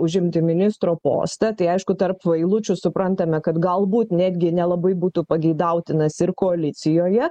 užimti ministro postą tai aišku tarp eilučių suprantame kad galbūt netgi nelabai būtų pageidautinas ir koalicijoje